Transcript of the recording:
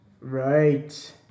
right